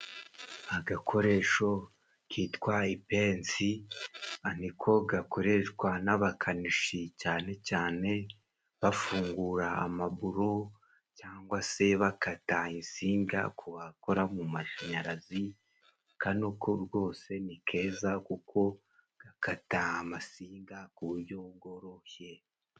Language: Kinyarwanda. Agakoresho kitwa ipennsi ariko gakoreshwa n'abakanishi cyane cyane bafungura amaburo cyangwa se bakata singa ku bakora mu mu mashanyarazi kano ko rwose ni keza kuko gakata amatsinga ku buryo bworoshye.